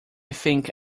think